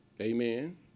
Amen